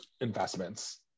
investments